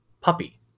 puppy